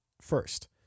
first